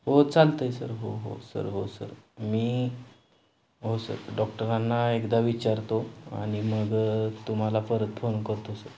हो चालतं आहे सर हो हो सर हो सर मी हो सर डॉक्टरांना एकदा विचारतो आणि मग तुम्हाला परत फोन करतो सर